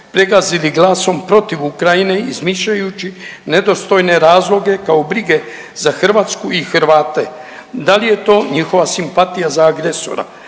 pregazili glasom protiv Ukrajine izmišljajući nedostojne razloge kao brige za Hrvatsku i Hrvate. Da li je to njihova simpatija za agresora.